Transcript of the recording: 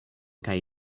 kaj